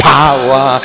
power